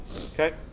Okay